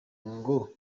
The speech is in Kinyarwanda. ngo